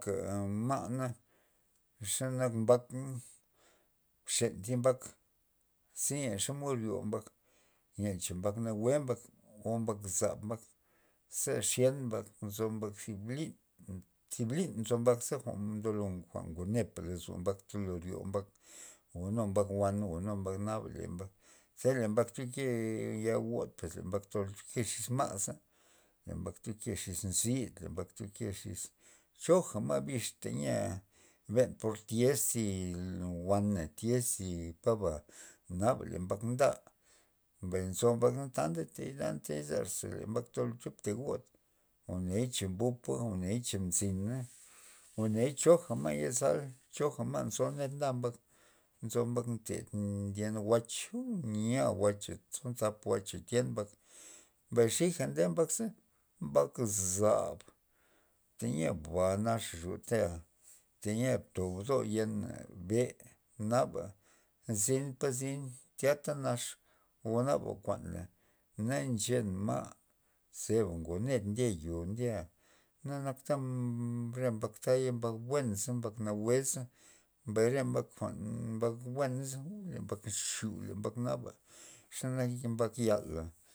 Ma'na xe nak mbak na bxen thi mbak, ze len xomod ryo mbak len cha mbak nawue mbak o mbak zab mbak, ze zyen mbak ze nchak mbak thib lin thib liz nzo mbak za ngonepa lozo mbat tolo ryo mbak gonu mbak wan gonu mbak naba le mbak ze le mbak tyoke ya god pues le mbak ndeke xis ma'za le mbak tyoke xis nzib le mbak tyoke xis choja re ma' bix teyia por ben tyez zi wana tyez zi paba naba le mbak nda mbay nzo mbay tana tyz le mbak tolo tyopte god goney cha mbupa goney cha mzina goney choj ma' nzo ned nda ma' tzo ma' nted ndyen wach nya wacha tson tapa wacha tyen mbak mbay xiga nde mbak mbak zab teyia ba nax rotea teyia tob bdob yena be naba zyn pa zyn tyata nax o naba kuanla na xen ma' ze ba ngo ned ndya yo ndya na nakta re mbak taya buenza mbak nawueza, mbay re mbak jwa'n mbak buena za uuu le mbak xu le mbak naba xe nayi mbak yala.